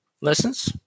lessons